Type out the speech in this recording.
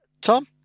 Tom